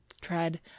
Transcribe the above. tread